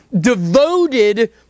devoted